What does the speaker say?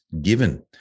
given